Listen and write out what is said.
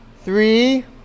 three